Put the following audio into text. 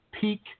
peak